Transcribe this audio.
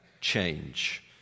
change